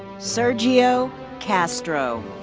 sergio castro.